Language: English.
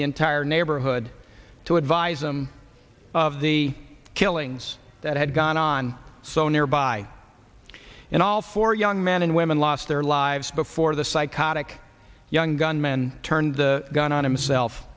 the entire neighborhood to advise them of the killings that had gone on so nearby and all four young men and women lost their lives before the psychotic young gunman turned the gun on himself